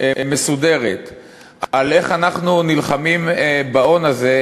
מסודרת על איך אנחנו נלחמים בהון הזה,